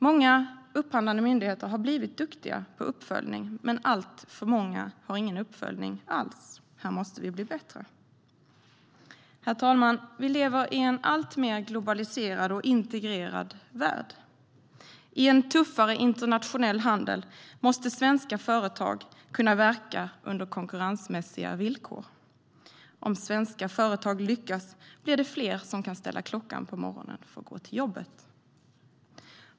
Många upphandlande myndigheter har blivit duktiga på uppföljning, men alltför många har ingen uppföljning alls. Här måste vi bli bättre. Herr talman! Vi lever i en alltmer globaliserad och integrerad värld. I en tuffare internationell handel måste svenska företag kunna verka under konkurrensmässiga villkor. Om svenska företag lyckas blir det fler som kan ställa klockan på morgonen för att gå till jobbet.